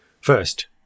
First